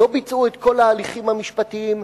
לא ביצעו את כל ההליכים המשפטיים,